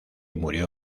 murió